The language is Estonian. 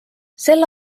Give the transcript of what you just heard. sel